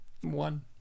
One